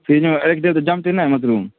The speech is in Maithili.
फ्रिजमे राखि देबै तऽ जमतै नहि मशरूम